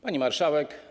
Pani Marszałek!